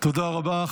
תודה רבה.